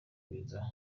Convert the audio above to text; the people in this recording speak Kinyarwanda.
biza